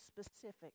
specific